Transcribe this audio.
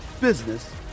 business